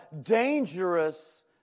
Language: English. dangerous